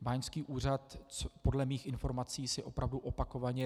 Báňský úřad podle mých informací si opravdu opakovaně...